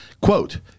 quote